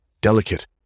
delicate